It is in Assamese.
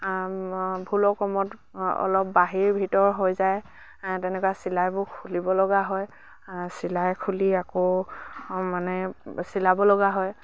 ভুলক্ৰমত অলপ বাহিৰ ভিতৰ হৈ যায় তেনেকুৱা চিলাইবোৰ খুলিব লগা হয় চিলাই খুলি আকৌ মানে চিলাব লগা হয়